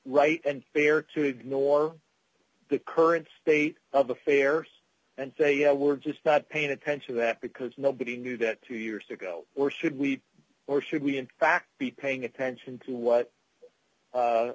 right and fair to ignore the current state of affairs and say we're just not paying attention to that because nobody knew that two years ago where should we or should we in fact be paying attention to what